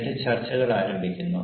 എന്നിട്ട് ചർച്ചകൾ ആരംഭിക്കുന്നു